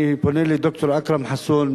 אני פונה לד"ר אכרם חסון,